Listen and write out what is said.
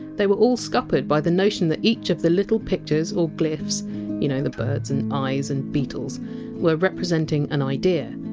they were all scuppered by the notion that each of the little pictures or glyphs you know, the birds and eyes and beetles were representing an idea.